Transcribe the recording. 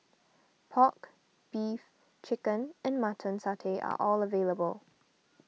Pork Beef Chicken and Mutton Satay are all available